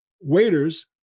waiters